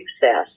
success